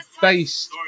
based